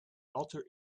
alter